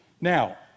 Now